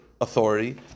authority